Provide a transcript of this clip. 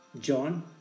John